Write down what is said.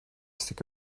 stick